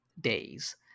days